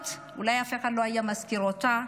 אולי אף אחד לא היה מזכיר את היימנוט?